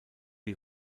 die